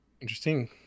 Interesting